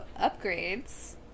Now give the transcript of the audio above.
Upgrades